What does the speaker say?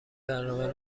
برنامه